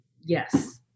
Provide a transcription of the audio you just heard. yes